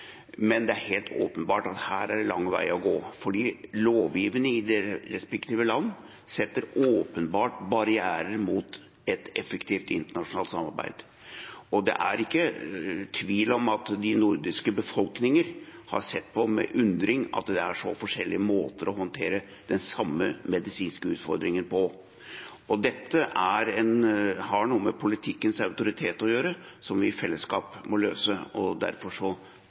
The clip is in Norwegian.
men det er helt åpenbart at det er en lang vei å gå, for lovgivningen i de respektive land setter åpenbart barrierer mot et effektivt internasjonalt samarbeid. Det er ikke tvil om at de nordiske befolkninger med undring har sett på at det er så forskjellige måter å håndtere den samme medisinske utfordringen på. Dette har noe med politikkens autoritet å gjøre, som vi i fellesskap må løse, og derfor